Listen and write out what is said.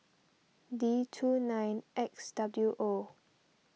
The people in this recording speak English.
D two nine X W O